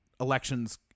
elections